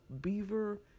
beaver